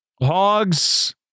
Hogs